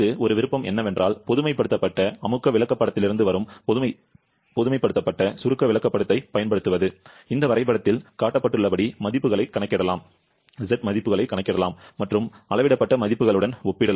ஒரு விருப்பம் என்னவென்றால் பொதுமைப்படுத்தப்பட்ட அமுக்க விளக்கப்படத்திலிருந்து வரும் பொதுமைப்படுத்தப்பட்ட சுருக்க விளக்கப்படத்தைப் பயன்படுத்துவது இந்த வரைபடத்தில் காட்டப்பட்டுள்ளபடி மதிப்புகளைக் கணக்கிடலாம் z மதிப்புகளைக் கணக்கிடலாம் மற்றும் அளவிடப்பட்ட மதிப்புகளுடன் ஒப்பிடலாம்